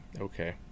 okay